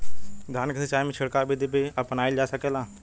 धान के सिचाई में छिड़काव बिधि भी अपनाइल जा सकेला?